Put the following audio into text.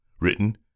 Written